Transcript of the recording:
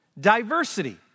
diversity